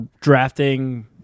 drafting